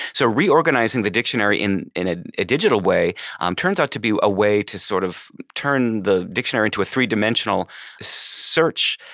so reorganizing the dictionary in in ah a digital way um turns out to be a way to sort of turn the dictionary to a three-dimensional search.